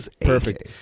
perfect